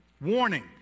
warning